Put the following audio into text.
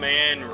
Man